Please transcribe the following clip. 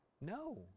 No